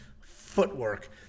footwork